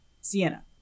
Sienna